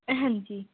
ਹਾਂਜੀ